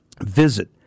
Visit